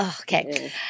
Okay